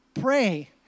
pray